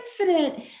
infinite